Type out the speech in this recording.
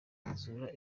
kuzura